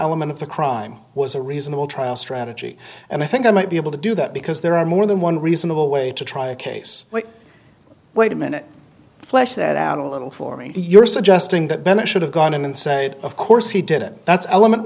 element of the crime was a reasonable trial strategy and i think i might be able to do that because there are more than one reasonable way to try a case but wait a minute flesh that out a little for me you're suggesting that bennett should have gone in and say of course he did it that's element